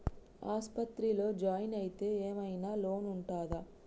ఆస్పత్రి లో జాయిన్ అయితే ఏం ఐనా లోన్ ఉంటదా?